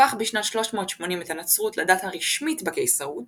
הפך בשנת 380 את הנצרות לדת הרשמית בקיסרות